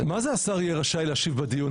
" מה זה השר יהיה רשאי להשיב בדיון?